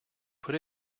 put